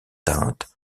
teintes